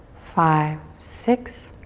five, six.